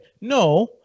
No